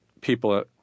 people